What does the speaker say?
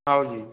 हाँ जी